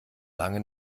lange